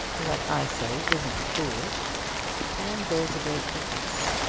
what i say isn't foolish and there's a great difference.